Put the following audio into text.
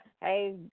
hey